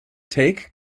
take